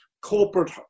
corporate